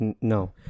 no